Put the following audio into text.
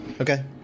okay